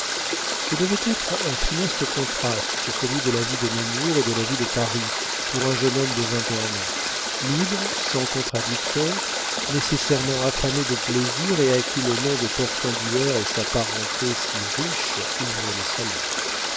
ce devait être un funeste contraste que celui de la vie de nemours et de la vie de paris pour un jeune homme de vingt-un ans libre sans contradicteur nécessairement affamé de plaisirs et à qui le nom de portenduère et sa parenté si riche ouvraient les salons